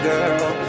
Girl